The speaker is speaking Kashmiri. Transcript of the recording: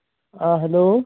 آ ہیٚلو